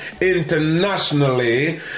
internationally